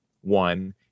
One